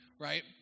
Right